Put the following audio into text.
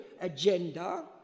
agenda